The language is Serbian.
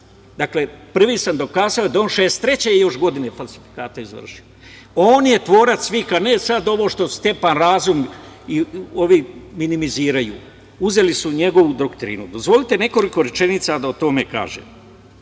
Dakle, prvi sam dokazao da je 1963. godine falsifikate završio. On je tvorac svih, a ne sad ovo što Stjepan Razum i ovi minimiziraju, uzeli su njegovu doktrinu. Dozvolite nekoliko rečenica da o tome kažem.